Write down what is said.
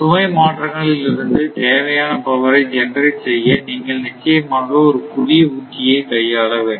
சுமை மாற்றங்களில் இருந்து தேவையான பவரை ஜெனரேட் செய்ய நீங்கள் நிச்சயமாக ஒரு புதிய உத்தியை கையாள வேண்டும்